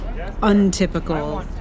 untypical